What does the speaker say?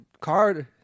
card